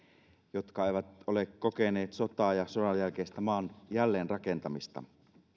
jotka eivät ole kokeneet sotaa ja sodanjälkeistä maan jälleenrakentamista